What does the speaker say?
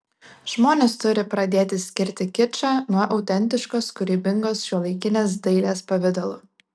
žmonės turi pradėti skirti kičą nuo autentiškos kūrybingos šiuolaikinės dailės pavidalų